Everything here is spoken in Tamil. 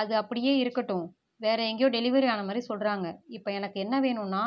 அது அப்படியே இருக்கட்டும் வேறு எங்கயோ டெலிவரி ஆனமாதிரி சொல்லுறாங்க இப்போ எனக்கு என்ன வேணும்னா